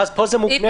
מוקנה